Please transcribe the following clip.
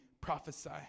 prophesy